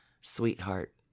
Sweetheart